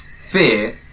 fear